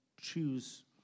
choose